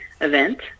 event